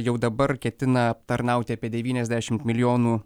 jau dabar ketina aptarnauti apie devyniasdešimt milijonų